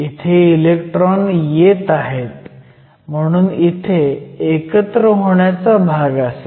इथे इलेक्ट्रॉन येत आहेत म्हणून इथे एकत्र होण्याचा भाग असेल